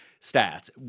stats